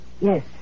Yes